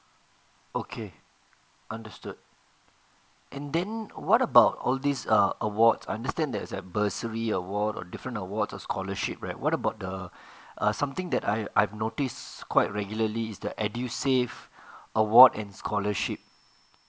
okay understood and then what about all these uh awards I understand there's a bursary award different award or scholarship right what about the uh something that I I've noticed quite regularly is the EDUSAVE award and scholarship